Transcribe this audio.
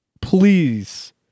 please